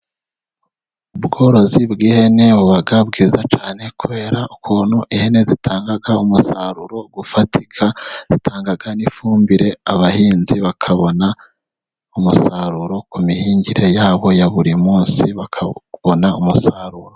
Ubworozi bw'ihene buba bwiza cyane, kubera ukuntu ihene zitanga umusaruro ufatika, zitanga n'ifumbire abahinzi bakabona umusaruro ku mihingire yabo ya buri munsi bakawubona umusaruro.